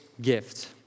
gift